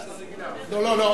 לא, לא, לא.